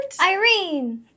Irene